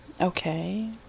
Okay